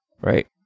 right